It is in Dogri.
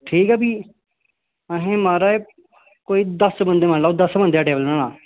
ठीक ऐ फी अहें माराज कोई दस्स बंदे लाई लैओ दस्सें बंदें दा टेबल बनाना